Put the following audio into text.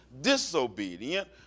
disobedient